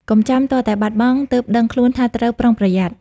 កុំចាំទាល់តែបាត់បង់ ទើបដឹងខ្លួនថាត្រូវប្រុងប្រយ័ត្ន។